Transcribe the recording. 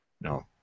No